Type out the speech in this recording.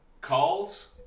calls